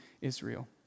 Israel